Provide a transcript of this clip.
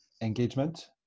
engagement